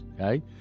Okay